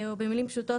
או במילים פשוטות,